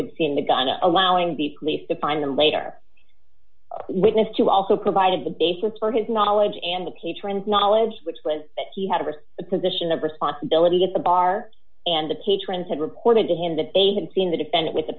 had seen the gun allowing the place to find them later witness to also provided the basis for his knowledge and the patrons knowledge which was d that he had a position of responsibility at the bar and the patrons had reported to him that they had seen the defend it with a